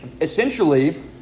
essentially